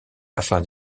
afin